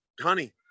honey